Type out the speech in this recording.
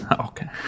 Okay